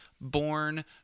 Born